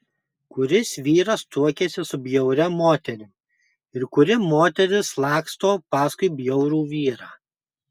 kuris vyras tuokiasi su bjauria moterim ir kuri moteris laksto paskui bjaurų vyrą